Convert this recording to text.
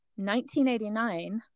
1989